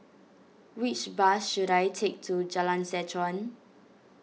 which bus should I take to Jalan Seh Chuan